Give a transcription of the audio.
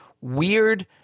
weird